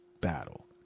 battle